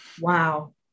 Wow